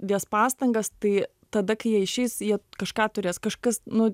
dės pastangas tai tada kai jie išeis jie kažką turės kažkas nu